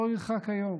לא ירחק היום